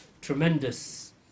tremendous